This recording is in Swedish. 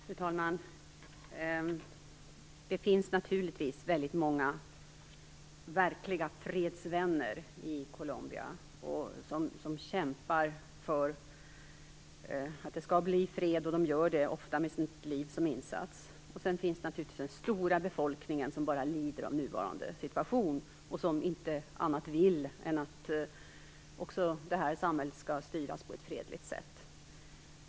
Fru talman! Det finns naturligtvis väldigt många verkliga fredsvänner i Colombia som kämpar för att det skall bli fred, och det gör de ofta med sitt liv som insats. Sedan finns det naturligtvis den stora befolkningen, som bara lider av nuvarande situation och som inte annat vill än att det samhället skall styras på ett fredligt sätt.